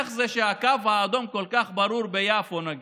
איך זה שהקו האדום כל כך ברור ביפו, נגיד,